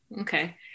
okay